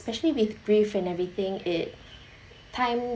especially with grief and everything it time